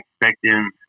expecting